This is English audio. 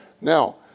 Now